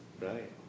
right